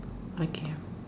okay